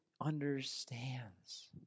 understands